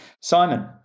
Simon